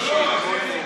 שאלה טובה.